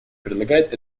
предлагает